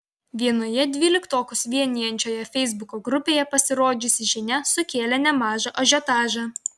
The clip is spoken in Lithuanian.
vienoje dvyliktokus vienijančioje feisbuko grupėje pasirodžiusi žinia sukėlė nemažą ažiotažą